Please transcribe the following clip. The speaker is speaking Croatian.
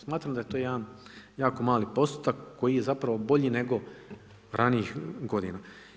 Smatram da je to jedan jako mali postotak koji je zapravo bolji nego ranijih godina.